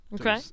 Okay